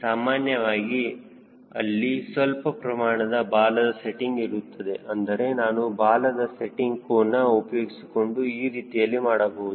ಸಾಮಾನ್ಯವಾಗಿ ಅಲ್ಲಿ ಸ್ವಲ್ಪ ಪ್ರಮಾಣದಲ್ಲಿ ಬಾಲದ ಸೆಟ್ಟಿಂಗ್ ಇರುತ್ತದೆ ಅಂದರೆ ನಾನು ಬಾಲದ ಸೆಟ್ಟಿಂಗ್ ಕೋನ ಉಪಯೋಗಿಸಿಕೊಂಡು ಈ ರೀತಿಯಲ್ಲಿ ಮಾಡಬಹುದು